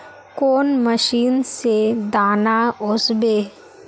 कौन मशीन से दाना ओसबे?